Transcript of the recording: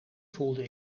voelde